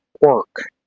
work